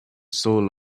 soul